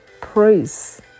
praise